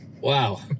Wow